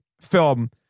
film